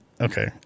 okay